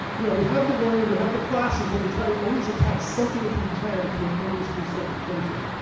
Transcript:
you know we have the learning, we have the classes, but we try to always attach something if we can, to an industry certification.